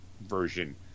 version